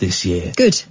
Good